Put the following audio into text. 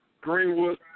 Greenwood